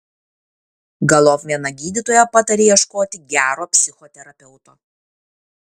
galop viena gydytoja patarė ieškoti gero psichoterapeuto